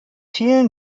fehlen